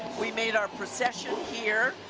we made our procession here,